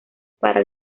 para